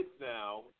now